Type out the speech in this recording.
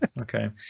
Okay